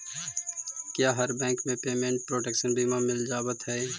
क्या हर बैंक में पेमेंट प्रोटेक्शन बीमा मिल जावत हई